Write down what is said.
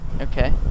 Okay